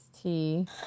tea